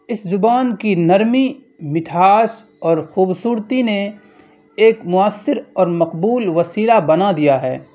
اس زبان کی نرمی مٹھاس اور خوبصورتی نے ایک مؤثر اور مقبول وسیلہ بنا دیا ہے